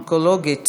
ההמטו-אונקולוגית